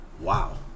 wow